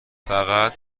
فقط